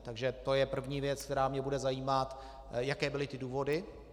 Takže to je první věc, která mě bude zajímat, jaké byly ty důvody.